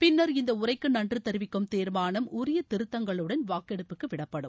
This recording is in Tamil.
பின்னா் இந்த உரைக்கு நன்றி தெரிவிக்கும் தீாமானம் உரிய திருத்தங்களுடன் வாக்கெடுப்புக்கு விடப்படும்